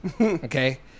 Okay